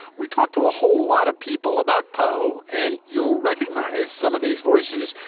we talked to a whole lot of people about poe and you'll recognize some of these voices.